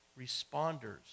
responders